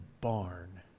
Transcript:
barn